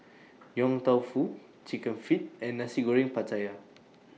Yong Tau Foo Chicken Feet and Nasi Goreng Pattaya